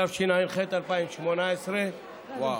התשע"ח 2018, וואו.